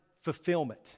fulfillment